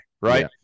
Right